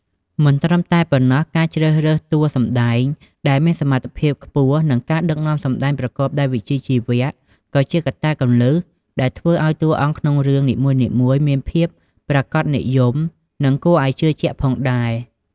មិនត្រឹមតែប៉ុណ្ណោះ ការជ្រើសរើសតួសម្ដែងដែលមានសមត្ថភាពខ្ពស់ និងការដឹកនាំសម្ដែងប្រកបដោយវិជ្ជាជីវៈ ក៏ជាកត្តាគន្លឹះដែលធ្វើឲ្យតួអង្គក្នុងរឿងនីមួយៗមានភាពប្រាកដនិយម និងគួរឲ្យជឿជាក់ផងដែរ។